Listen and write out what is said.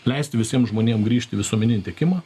leisti visiem žmonėm grįžt į visuomeninį tiekimą